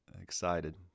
Excited